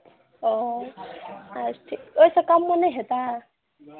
ओ अच्छा ओहिसँ कममे नहि हेतै